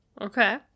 Okay